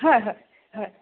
হয় হয় হয়